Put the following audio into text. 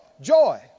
Joy